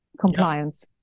compliance